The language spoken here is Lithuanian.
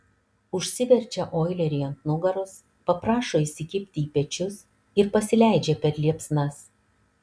užsiverčia oilerį ant nugaros paprašo įsikibti į pečius ir pasileidžia per liepsnas